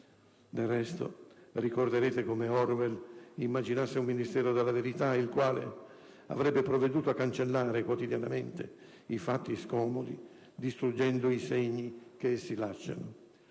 Del resto, ricorderete come Orwell immaginasse un Ministero della verità il quale avrebbe provveduto a cancellare quotidianamente i fatti scomodi, distruggendo i segni che essi lasciano.